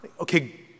Okay